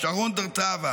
שרון דרטבה,